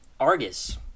Argus